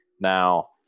Now